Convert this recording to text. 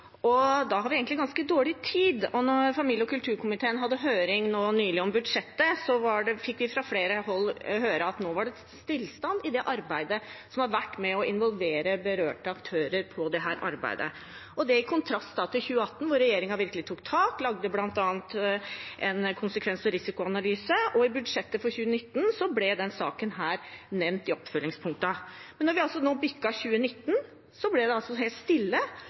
og da har vi egentlig ganske dårlig tid. Da familie- og kulturkomiteen nylig hadde høring om budsjettet, fikk vi fra flere hold høre at det nå var stillstand i arbeidet med å involvere berørte aktører i dette – i kontrast til i 2018, da regjeringen virkelig tok tak og bl.a. lagde en konsekvens- og risikoanalyse. I budsjettet for 2019 ble også denne saken nevnt i oppfølgingspunktene. Men da vi bikket 2019, ble det helt stille,